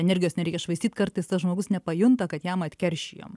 energijos nereikia švaistyt kartais tas žmogus nepajunta kad jam atkeršijom